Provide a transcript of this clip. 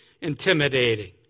intimidating